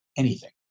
anything.